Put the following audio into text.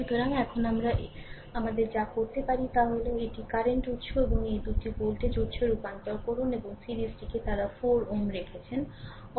সুতরাং এখন আমরা আমাদের যা করতে পারি তা হল এটি কারেন্ট উত্স এবং এই দুটি ভোল্টেজ উত্সে রূপান্তর করুন এবং সিরিজটিতে তারা 4 Ω রেখেছেন